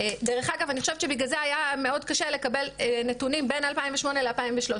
דרך אגב אני חושבת שבגלל זה היה מאוד קשה לקבל נתונים בין 2008 ל-2013,